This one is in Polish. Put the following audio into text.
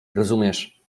rozumiesz